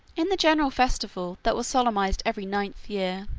in the general festival, that was solemnized every ninth year,